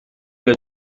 les